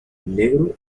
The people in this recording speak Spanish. negro